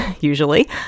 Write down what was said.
usually